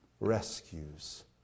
rescues